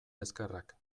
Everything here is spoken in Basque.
ezkerrak